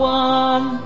one